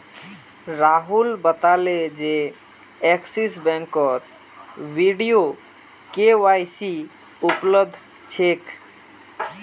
राहुल बताले जे एक्सिस बैंकत वीडियो के.वाई.सी उपलब्ध छेक